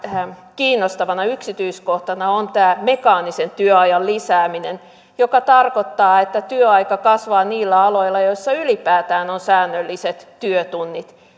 kiinnostavana yksityiskohtana on tämä mekaanisen työajan lisääminen joka tarkoittaa että työaika kasvaa niillä aloilla joilla ylipäätään on säännölliset työtunnit